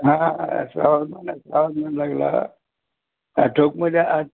लागला हा ठोकमध्ये आ